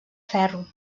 ferro